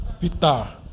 Peter